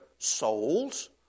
souls